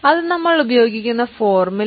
ഇതാണ് നമ്മൾ ഉപയോഗിക്കുന്ന ഫോർമുല